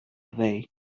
away